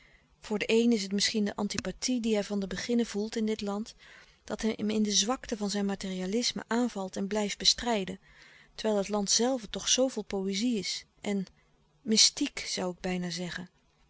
voor den een is het misschien de antipathie die hij van den beginne voelt in dit land dat hem in de zwakte van zijn materialisme aanvalt en blijft bestrijden terwijl het land zelve toch zoo vol poëzie is en mystiek zoû ik bijna zeggen